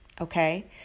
Okay